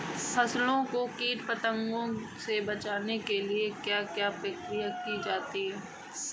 फसलों को कीट पतंगों से बचाने के लिए क्या क्या प्रकिर्या की जाती है?